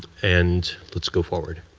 and let's go forward.